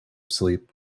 sleep